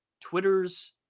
Twitter's